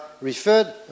referred